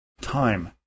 time